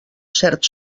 cert